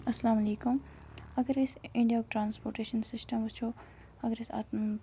اسلامُ علیکُم اگر ٲسۍ انڈیاہُک ٹرانَسپوٹیشَن سِسٹَم وٕچھو اگر أسۍ